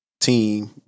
team